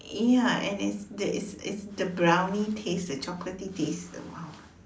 ya and it's the it's it's the brownie taste the chocolaty taste !wow!